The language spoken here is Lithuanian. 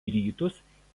rytus